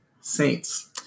Saints